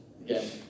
again